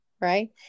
Right